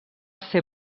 ser